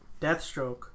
Deathstroke